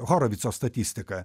horovico statistiką